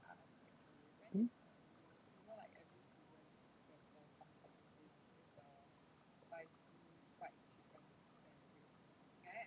mm